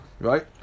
Right